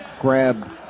grab